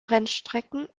rennstrecken